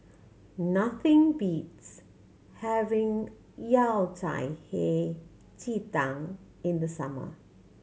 nothing beats having Yao Cai Hei Ji Tang in the summer